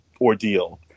ordeal